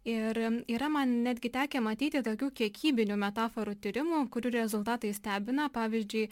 ir yra man netgi tekę matyti tokių kiekybinių metaforų tyrimų kurių rezultatai stebina pavyzdžiui